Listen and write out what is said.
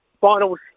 finals